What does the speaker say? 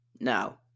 Now